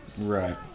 right